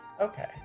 Okay